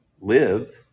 live